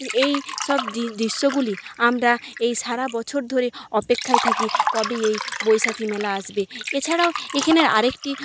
এই সব দৃশ্যগুলি আমরা এই সারা বছর ধরে অপেক্ষায় থাকি কবে এই বৈশাখী মেলা আসবে এছাড়াও এখানে আরেকটি